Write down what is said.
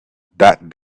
that